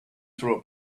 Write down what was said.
through